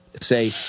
say